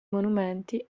monumenti